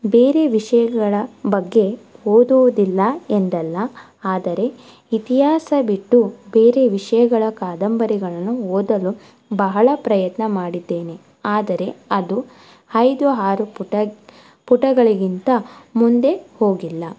ಬೇರೆ ವಿಷಯಗಳ ಬಗ್ಗೆ ಓದೋದಿಲ್ಲ ಎಂದಲ್ಲ ಆದರೆ ಇತಿಹಾಸ ಬಿಟ್ಟು ಬೇರೆ ವಿಷಯಗಳ ಕಾದಂಬರಿಗಳನ್ನು ಓದಲು ಬಹಳ ಪ್ರಯತ್ನ ಮಾಡಿದ್ದೇನೆ ಆದರೆ ಅದು ಐದು ಆರು ಪುಟ ಪುಟಗಳಿಗಿಂತ ಮುಂದೆ ಹೋಗಿಲ್ಲ